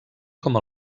com